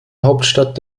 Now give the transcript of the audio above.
hauptstadt